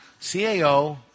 CAO